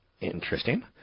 interesting